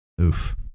oof